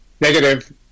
negative